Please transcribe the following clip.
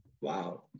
wow